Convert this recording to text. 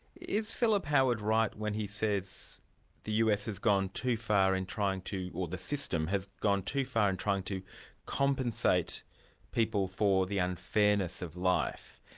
is philip howard right when he says the us has gone too far in trying to or the system has gone too far in trying to compensate people for the unfairness of life,